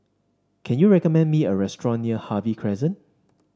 can you recommend me a restaurant near Harvey Crescent